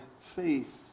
faith